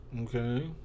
okay